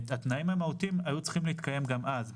התנאים המהותיים היו צריכים להתקיים גם אז,